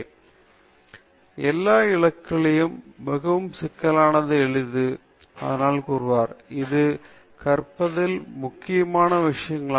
எனவே எல்லா இலக்குகளிலும் மிகவும் சிக்கலானது எளிதானது என்று அவர் கூறுகிறார் இது கற்பிப்பதில் முக்கியமான விடயங்களில் ஒன்றாகும்